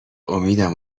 امیدم